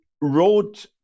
wrote